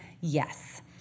Yes